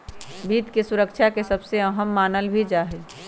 वित्त के सुरक्षा के सबसे अहम मानल भी जा हई